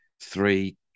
three